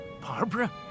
barbara